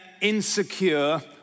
insecure